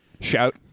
Shout